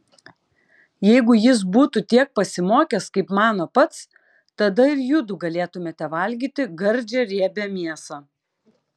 jeigu jis būtų tiek pasimokęs kaip mano pats tada ir judu galėtumėte valgyti gardžią riebią mėsą